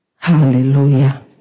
Hallelujah